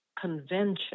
convention